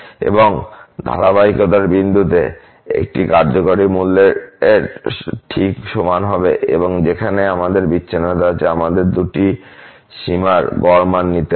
সুতরাং ধারাবাহিকতার বিন্দুতে এটি কার্যকরী মূল্যের ঠিক সমান হবে এবং যেখানেই আমাদের বিচ্ছিন্নতা আছে আমাদের দুটি সীমার গড় মান নিতে হবে